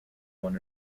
one